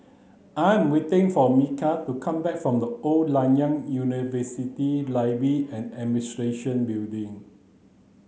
I am waiting for Mikel to come back from The Old Nanyang University and Administration Building